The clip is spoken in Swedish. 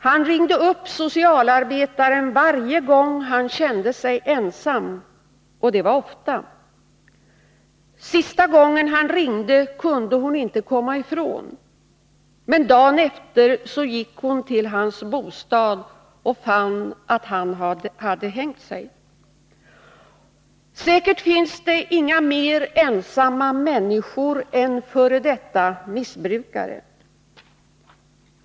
Han ringde upp socialarbetaren varje gång han kände sig ensam —- och det var ofta. Sista gången han ringde kunde hon inte komma ifrån, men dagen efter gick hon till hans bostad och fann att han hade hängt sig. Säkert finns det inga ensammare människor än f. d. missbrukare.